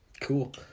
Cool